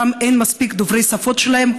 ששם אין מספיק דוברי השפות שלהם,